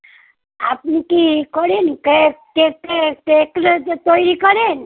আপনি কি ই করেন কেক কেক টেক কেক এযে তৈরি করেন